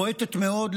בועטת מאוד.